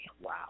Wow